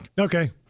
Okay